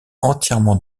entièrement